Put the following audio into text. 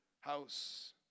house